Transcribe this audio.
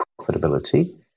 profitability